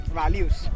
values